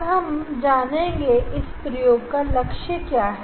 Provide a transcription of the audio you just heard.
अब हम जानेंगे इस प्रयोग का लक्ष्य क्या है